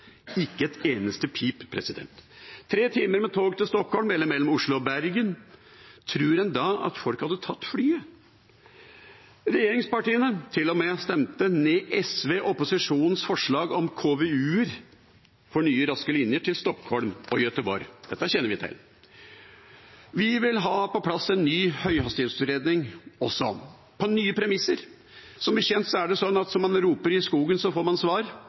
ikke et eneste pip. Med tre timer med tog til Stockholm eller mellom Oslo og Bergen – tror en da at folk hadde tatt fly? Regjeringspartiene stemte til og med ned SV og opposisjonens forslag om KVU-er for nye raske linjer til Stockholm og Göteborg – dette kjenner vi til. Vi vil ha på plass en ny høyhastighetsutredning på nye premisser. Som kjent er det sånn at som man roper i skogen, får man svar.